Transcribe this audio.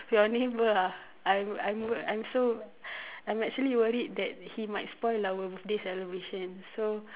your neighbour ah I'm I'm so I'm actually worried that he might spoil our birthday celebration so